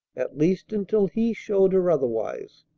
at least until he showed her otherwise.